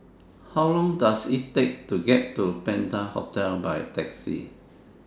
How Long Does IT Take to get to Penta Hotel By Taxi